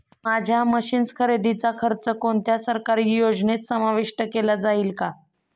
माझ्या मशीन्स खरेदीचा खर्च कोणत्या सरकारी योजनेत समाविष्ट केला जाईल का?